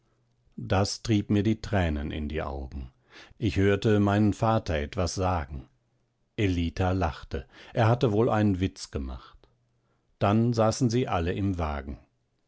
das trieb mir die tränen in die augen ich hörte meinen vater etwas sagen ellita lachte er hatte wohl einen witz gemacht dann saßen sie alle im wagen